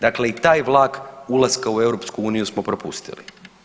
Dakle, i taj vlak ulaska u EU smo propustili.